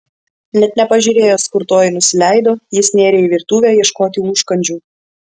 net nepažiūrėjęs kur toji nusileido jis nėrė į virtuvę ieškoti užkandžių